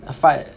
I fin~